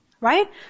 Right